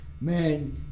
man